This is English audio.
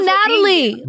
Natalie